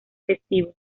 festivo